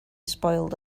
spoiled